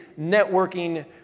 networking